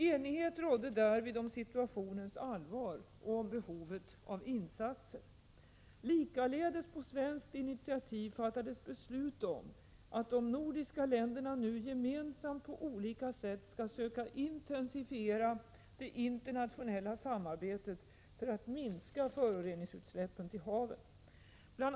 Enighet rådde därvid om situationens allvar och om behovet av insatser. Likaledes på svenskt initiativ fattades beslut om att de nordiska länderna nu gemensamt på olika sätt skall söka intensifiera det internationella samarbetet för att minska föroreningsutsläppen till haven. Bl.